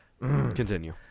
Continue